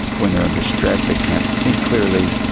when they are under stress they can't think clearly.